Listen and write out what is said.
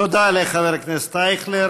תודה לחבר הכנסת אייכלר.